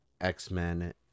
X-Men